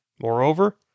Moreover